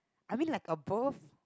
I mean like above